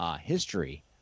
history